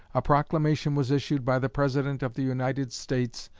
a proclamation was issued by the president of the united states,